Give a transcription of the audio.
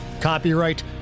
Copyright